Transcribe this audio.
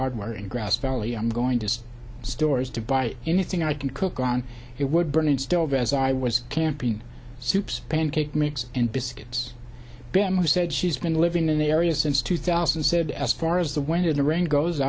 hardware in grass valley i'm going to stores to buy anything i can cook on it would burn instead of as i was camping soups pancake mix and biscuits said she's been living in the area since two thousand and said as far as the wind in the rain goes